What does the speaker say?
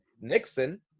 Nixon